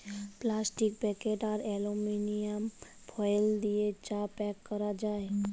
plastic packet আর aluminium foil দিয়ে চা প্যাক ক্যরা যায়